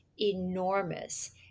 enormous